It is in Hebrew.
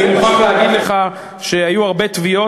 אני מוכרח להגיד לך שהיו הרבה תביעות